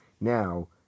Now